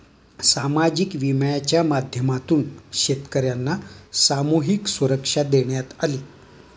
सामाजिक विम्याच्या माध्यमातून शेतकर्यांना सामूहिक सुरक्षा देण्यात आली